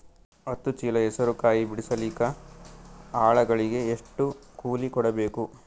ಹತ್ತು ಚೀಲ ಹೆಸರು ಕಾಯಿ ಬಿಡಸಲಿಕ ಆಳಗಳಿಗೆ ಎಷ್ಟು ಕೂಲಿ ಕೊಡಬೇಕು?